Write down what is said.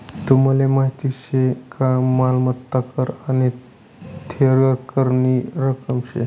तुमले माहीत शे का मालमत्ता कर आने थेर करनी रक्कम शे